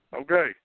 okay